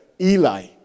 Eli